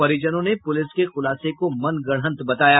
परिजनों ने पुलिस के खुलासे को मनगढ़त बताया